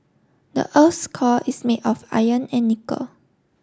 the earth's core is made of iron and nickel